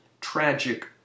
tragic